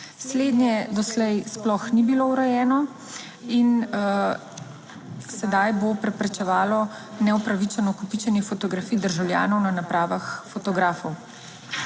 Slednje doslej sploh ni bilo urejeno in sedaj bo preprečevalo neupravičeno kopičenje fotografij državljanov na napravah fotografov.